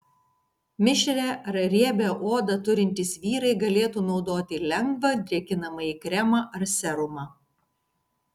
mišrią ar riebią odą turintys vyrai galėtų naudoti lengvą drėkinamąjį kremą ar serumą